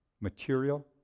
material